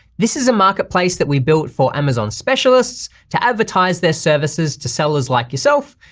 this is a marketplace that we built for amazon specialists to advertise their services to sellers like yourself,